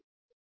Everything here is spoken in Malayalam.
ആയി മാറും